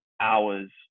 hours